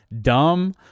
dumb